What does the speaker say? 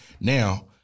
Now